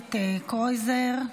הכנסת קרויזר.